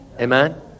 amen